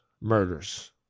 murders